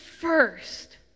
first